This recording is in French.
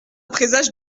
présage